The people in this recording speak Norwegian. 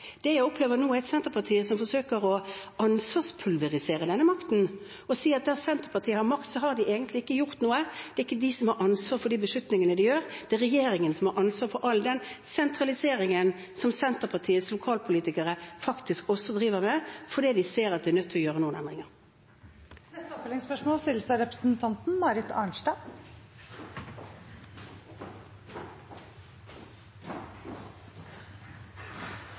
Det jeg opplever nå, er at Senterpartiet forsøker å ansvarspulverisere denne makten ved å si at der Senterpartiet har makt, har de egentlig ikke gjort noe, det er ikke de som har ansvar for de beslutningene de tar. Det er regjeringen som har ansvar for all den sentraliseringen som Senterpartiets lokalpolitikere faktisk også driver med, fordi de ser at de er nødt til å gjøre noen endringer. Marit Arnstad – til oppfølgingsspørsmål.